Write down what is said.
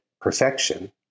perfection